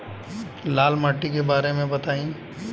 लाल माटी के बारे में बताई